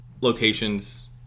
locations